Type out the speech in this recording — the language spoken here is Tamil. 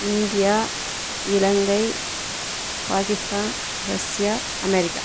India Ilangai Pakistan Russia America